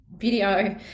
video